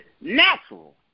natural